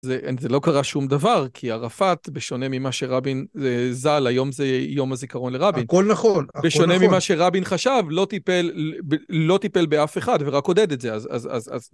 זה לא קרה שום דבר, כי ערפאת, בשונה ממה שרבין זל, היום זה יום הזיכרון לרבין. הכל נכון, הכל נכון. בשונה ממה שרבין חשב, לא טיפל, לא טיפל באף אחד, ורק עודד את זה, אז...